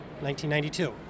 1992